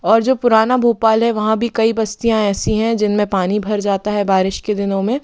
और वो जो पुराना भोपाल है वहाँ भी कई बस्तियां ऐसी है जिन में पानी भर जाता है बारिश के दिनों में